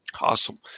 Awesome